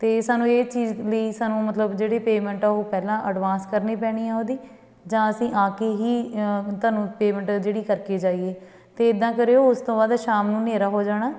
ਅਤੇ ਸਾਨੂੰ ਇਹ ਚੀਜ਼ ਲਈ ਸਾਨੂੰ ਮਤਲਬ ਜਿਹੜੇ ਪੇਮੈਂਟ ਆ ਉਹ ਪਹਿਲਾਂ ਐਡਵਾਂਸ ਕਰਨੀ ਪੈਣੀ ਆ ਉਹਦੀ ਜਾਂ ਅਸੀਂ ਆ ਕੇ ਹੀ ਤੁਹਾਨੂੰ ਪੇਮੈਂਟ ਜਿਹੜੀ ਕਰਕੇ ਜਾਈਏ ਅਤੇ ਇੱਦਾਂ ਕਰਿਓ ਉਸ ਤੋਂ ਬਾਅਦ ਸ਼ਾਮ ਨੂੰ ਹਨੇਰਾ ਹੋ ਜਾਣਾ